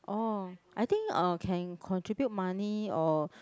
oh I think uh can contribute money or